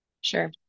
sure